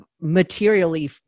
materially